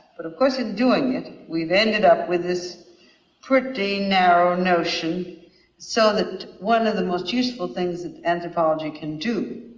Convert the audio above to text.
but of course in doing it we've ended up with this pretty narrow notion so that one of the most useful things anthropology can do,